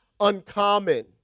uncommon